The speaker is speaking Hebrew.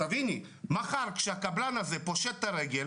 מחר, כשהקבלן הזה פושט את הרגל